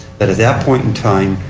that at that point in time,